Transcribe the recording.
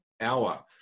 hour